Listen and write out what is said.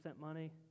money